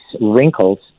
wrinkles